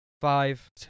Five